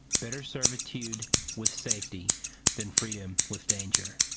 better servitude with safety than freedom with danger.